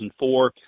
2004